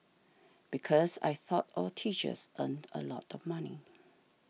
because I thought all teachers earned a lot of money